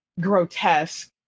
grotesque